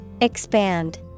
Expand